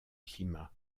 climat